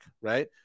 right